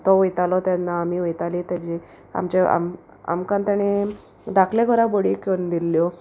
तो वयतालो तेन्ना आमी वयताली तेजी आमचे आम आमकां तेणे दाकलें घरा बडय करून दिल्ल्यो